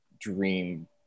dream